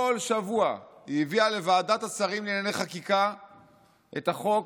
כל שבוע היא הביאה לוועדת השרים לענייני חקיקה את החוק